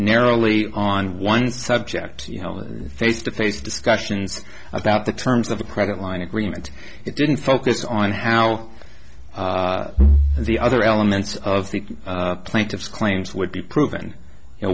narrowly on one subject you know the face to face discussions about the terms of the credit line agreement it didn't focus on how the other elements of the plaintiff's claims would be proven y